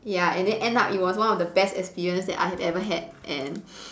ya and then end up it was one of the best experience that I have ever had and